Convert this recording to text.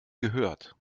gehört